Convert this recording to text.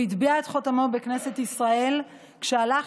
הוא הטביע את חותמו בכנסת ישראל כשהלך